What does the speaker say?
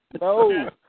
No